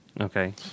Okay